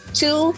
two